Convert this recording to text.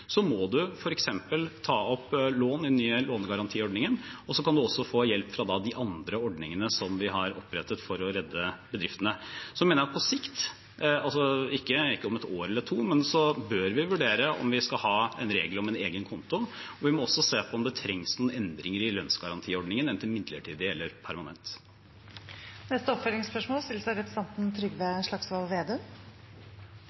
må en f.eks. ta opp lån i den nye lånegarantiordningen, og så kan en også få hjelp fra de andre ordningene som vi har opprettet for å redde bedriftene. Så mener jeg at på sikt – ikke om ett år eller to – bør vi vurdere om vi skal ha en regel om en egen konto. Vi må også se på om det trengs noen endringer i lønnsgarantiordningen, enten midlertidig eller permanent. Trygve Slagsvold Vedum – til oppfølgingsspørsmål.